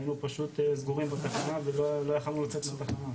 היינו פשוט סגורים בתחנה ולא יכולנו לצאת מהתחנה,